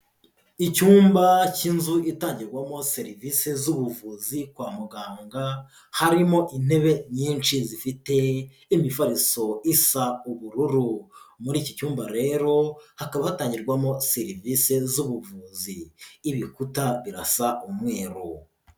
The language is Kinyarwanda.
Icyumba cy'inzu itangirwamo serivisi z'ubuvuzi kwa muganga, harimo intebe nyinshi zifite imifariso isa ubururu, muri iki cyumba rero hakaba hatangirwamo serivisi z'ubuvuzi, ibikuta birasa umweru.